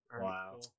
Wow